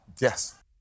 Yes